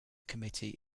committee